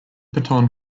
paton